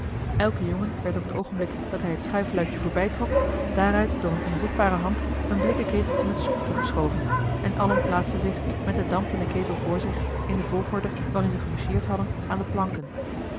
elken jongen werd op het oogenblik dat hij het schuifluikje voorbijtrok daaruit door eene onzichtbare hand een blikken keteltje met soep toegeschoven en allen plaatsten zich met den dampenden ketel voor zich in de volgorde waarin ze gemarcheerd hadden aan de planken